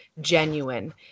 genuine